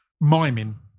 miming